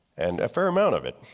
and a fair amount of it.